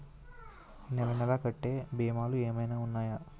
నెల నెల కట్టే భీమాలు ఏమైనా ఉన్నాయా?